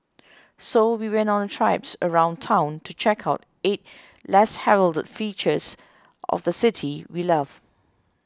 so we went on a traipse around town to check out eight less heralded fixtures of the city we love